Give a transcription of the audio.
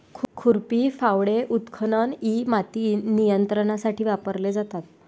खुरपी, फावडे, उत्खनन इ माती नियंत्रणासाठी वापरले जातात